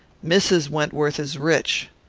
mrs. wentworth is rich.